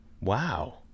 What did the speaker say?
Wow